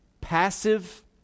passive